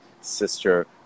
sister